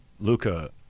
Luca